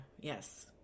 yes